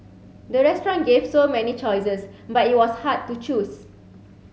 the restaurant gave so many choices but it was hard to choose